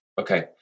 Okay